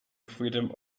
freedom